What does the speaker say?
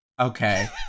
Okay